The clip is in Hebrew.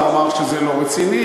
הוא אמר שזה פארסה,